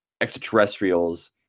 extraterrestrials